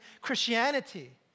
Christianity